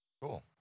Cool